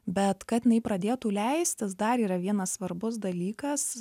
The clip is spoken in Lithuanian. bet kad jinai pradėtų leistis dar yra vienas svarbus dalykas